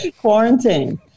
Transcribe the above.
quarantine